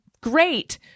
Great